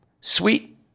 Sweet